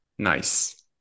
Nice